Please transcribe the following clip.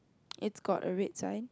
it's got a red sign